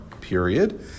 period